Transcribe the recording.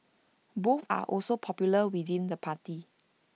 both are also popular within the party